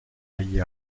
agli